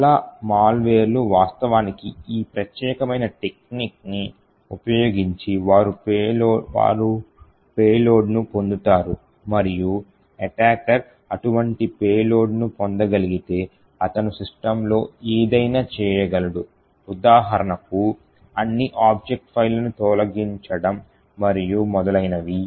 చాలా మాల్వేర్ లు వాస్తవానికి ఈ ప్రత్యేకమైన టెక్నిక్ని ఉపయోగించి వారు పేలోడ్ను పొందుతారు మరియు ఎటాకర్ అటువంటి పేలోడ్ను పొందగలిగితే అతను సిస్టమ్లో ఏదైనా చేయగలడు ఉదాహరణకు అన్ని ఆబ్జెక్ట్ ఫైళ్ళను తొలగించడం మరియు మొదలైనవి